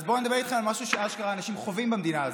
אז בואו אני אדבר איתכם על משהו שאשכרה אנשים חווים במדינה הזאת.